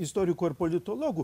istorikų ir politologų